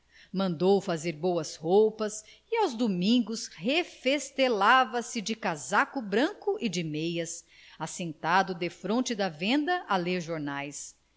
mandou fazer boas roupas e aos domingos refestelava se de casaco branco e de meias assentado defronte da venda a ler jornais